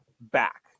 back